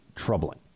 troubling